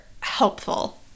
helpful